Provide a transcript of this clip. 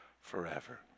forever